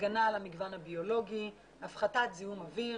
הגנה על המגוון הביולוגי, הפחתת זיהום אוויר,